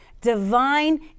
divine